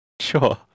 Sure